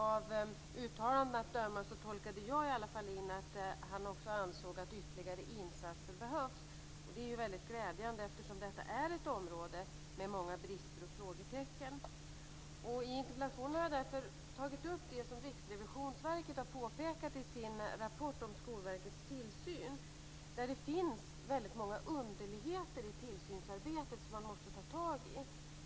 Av uttalandena att döma tolkade i alla fall jag in att han också ansåg att ytterligare insatser behövs. Det är glädjande eftersom detta är ett område där det finns många brister och frågetecken. I interpellationen har jag därför tagit upp det som Riksrevisionsverket har påpekat i sin rapport Skolverkets tillsyn. Det finns många underligheter i tillsynsarbetet som man måste ta tag i.